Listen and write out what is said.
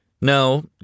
No